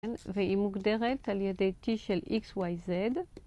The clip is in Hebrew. והיא מוגדרת על ידי T של XYZ,